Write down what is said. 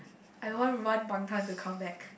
I want one bangtan to come back